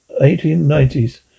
1890s